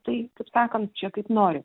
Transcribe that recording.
tai kaip sakant čia kaip nori